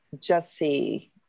Jesse